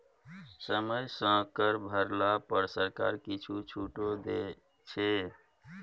समय सँ कर भरला पर सरकार किछु छूटो दै छै